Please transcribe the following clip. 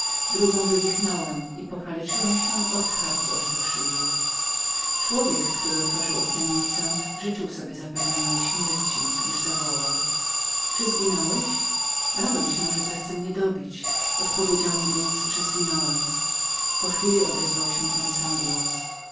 drugą wywichnąłem i pokaleczyłem się od karku aż do krzyżów człowiek który otworzył okiennicę życzył sobie zapewne mojej śmierci gdyż zawołał ty nieżyjesz już przyjacielu bałem się aby niechciał mnie dokonać i odpowiedziałem że nieżyję po chwili odezwał się ten sam głos